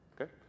okay